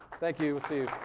thank you. will see